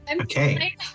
Okay